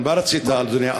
על מה רצית, אדוני?